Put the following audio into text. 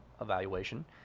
evaluation